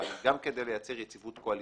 הערה אחת.